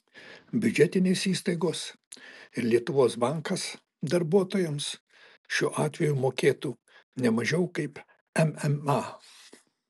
biudžetinės įstaigos ir lietuvos bankas darbuotojams šiuo atveju mokėtų ne mažiau kaip mma